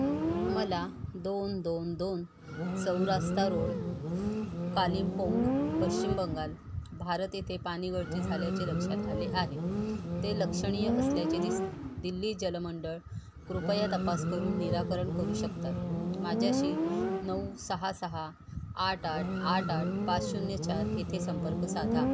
मला दोन दोन दोन सौरास्ता रोड कालिमपोंग पश्चिम बंगाल भारत येथे पाणी गळती झाल्याचे लक्षात आले आहे ते लक्षणीय असल्याचे दिसते दिल्ली जलमंडळ कृपया तपास करून निराकरण करू शकतात माझ्याशी नऊ सहा सहा आठ आठ आठ आठ पाच शून्य चार येथे संपर्क साधा